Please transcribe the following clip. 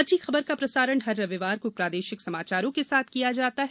अच्छी खबर का प्रसारण हर रविवार को प्रादेशिक समाचारों के साथ किया जाता है